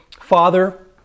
Father